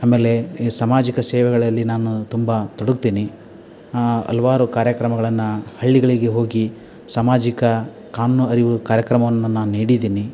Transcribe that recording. ಆಮೇಲೆ ಈ ಸಾಮಾಜಿಕ ಸೇವೆಗಳಲ್ಲಿ ನಾನು ತುಂಬ ತೊಡಗ್ತೀನಿ ಹಲ್ವಾರು ಕಾರ್ಯಕ್ರಮಗಳನ್ನು ಹಳ್ಳಿಗಳಿಗೆ ಹೋಗಿ ಸಾಮಾಜಿಕ ಕಾನೂನು ಅರಿವು ಕಾರ್ಯಕ್ರಮವನ್ನು ನಾನು ನೀಡಿದ್ದೀನಿ